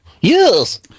Yes